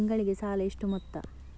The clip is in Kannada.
ತಿಂಗಳಿಗೆ ಸಾಲ ಎಷ್ಟು ಮೊತ್ತ?